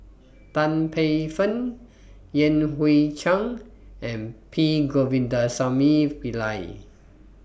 Tan Paey Fern Yan Hui Chang and P Govindasamy Pillai